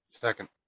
second